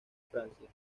francia